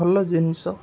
ଭଲ ଜିନିଷ